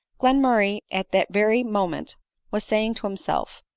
glenmur ray at that very moment was saying to himself,